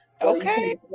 okay